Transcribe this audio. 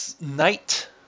night